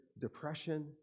depression